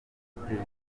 w’ihuriro